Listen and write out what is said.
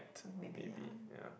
maybe ah